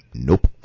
Nope